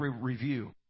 review